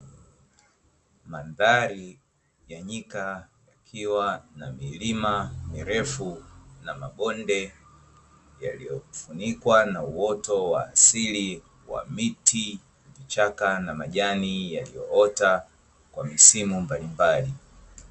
Mandhari ya nyika ikiwa na milima mirefu na mabonde yaliyofunikwa na uoto wa asili wa miti, vichaka na majani yaliyoota kwa misimu mbalimbali.